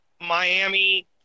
miami